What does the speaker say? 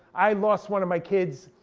i lost one of my kids